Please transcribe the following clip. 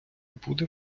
буде